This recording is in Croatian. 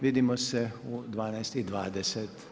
Vidimo se u 12,20.